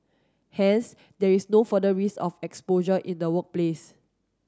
hence there is no further risk of exposure in the workplace